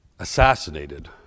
assassinated